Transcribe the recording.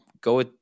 Go